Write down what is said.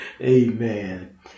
amen